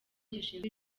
gishinzwe